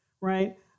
right